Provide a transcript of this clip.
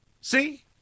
See